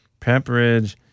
Pepperidge